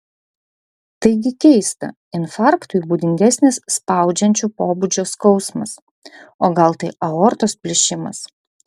taigi keista infarktui būdingesnis spaudžiančio pobūdžio skausmas o gal tai aortos plyšimas